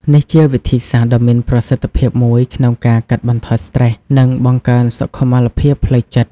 នេះជាវិធីសាស្រ្តដ៏មានប្រសិទ្ធភាពមួយក្នុងការកាត់បន្ថយស្ត្រេស និងបង្កើនសុខុមាលភាពផ្លូវចិត្ត។